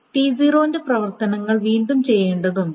T0 ന്റെ പ്രവർത്തനങ്ങൾ വീണ്ടും ചെയ്യേണ്ടതുണ്ട്